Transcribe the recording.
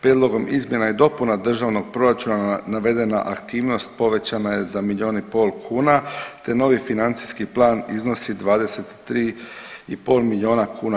Prijedlogom izmjena i dopuna državnog proračuna navedena aktivnost povećana je za milijun i pol kuna, te novi financijski plan iznosi 23,5 milijuna kuna.